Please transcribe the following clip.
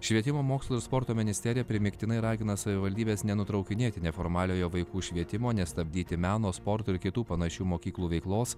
švietimo mokslo ir sporto ministerija primygtinai ragina savivaldybes nenutraukinėti neformaliojo vaikų švietimo nestabdyti meno sporto ir kitų panašių mokyklų veiklos